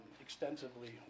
extensively